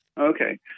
Okay